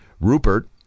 Rupert